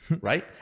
Right